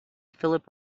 philip